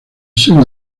seno